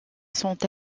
sont